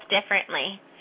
differently